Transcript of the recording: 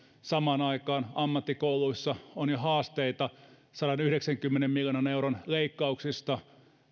samaan aikaan ammattikouluissa on jo haasteita sadanyhdeksänkymmenen miljoonan euron leikkauksista